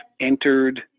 entered